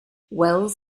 wells